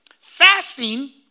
fasting